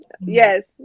yes